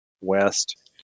west